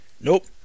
Nope